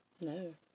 no